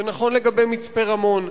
זה נכון לגבי מצפה-רמון.